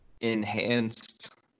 enhanced